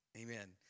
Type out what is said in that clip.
Amen